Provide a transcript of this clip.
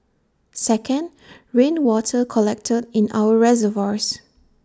second rainwater collected in our reservoirs